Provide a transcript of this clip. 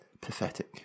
Pathetic